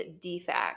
defect